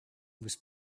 was